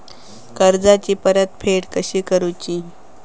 कर्जाची परतफेड कशी करुची?